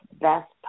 best